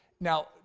Now